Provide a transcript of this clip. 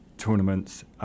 tournaments